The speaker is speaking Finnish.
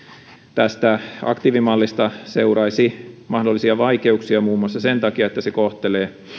tästä aktiivimallista seuraisi mahdollisia vaikeuksia muun muassa sen takia että se kohtelee